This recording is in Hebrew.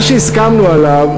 מה שהסכמנו עליו,